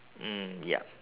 mm ya